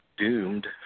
Doomed